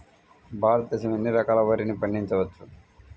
భారతదేశంలో ఎన్ని రకాల వరిని పండించవచ్చు